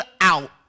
out